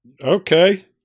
Okay